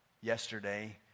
yesterday